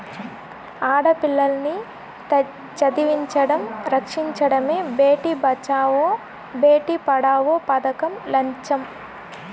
ఆడపిల్లల్ని చదివించడం, రక్షించడమే భేటీ బచావో బేటీ పడావో పదకం లచ్చెం